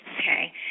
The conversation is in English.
okay